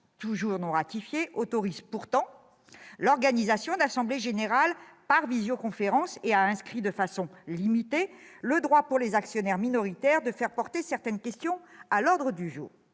toujours pas ratifiée, autorise l'organisation d'assemblées générales par visioconférence et reconnaît, même de façon limitée, le droit aux actionnaires minoritaires de faire porter certaines questions à l'ordre du jour.